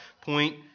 Point